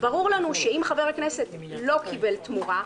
ברור לנו שאם חבר הכנסת לא קיבל תמורה,